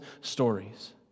stories